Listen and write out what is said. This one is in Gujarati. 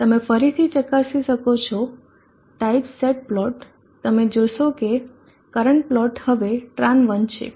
તમે ફરીથી ચકાસી શકો છો ટાઇપ સેટ પ્લોટ તમે જોશો કે કરંટ પ્લોટ હવે Tran one છે